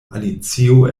alicio